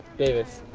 davis.